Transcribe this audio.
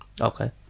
Okay